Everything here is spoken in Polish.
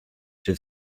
czy